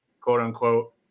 quote-unquote